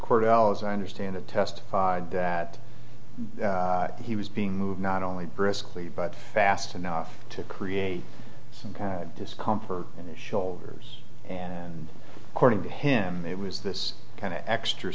cordell as i understand it testified that he was being moved not only briskly but fast enough to create some kind of discomfort in the shoulders and according to him it was this kind of extra